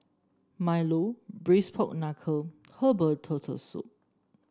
milo Braised Pork Knuckle Herbal Turtle Soup